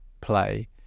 play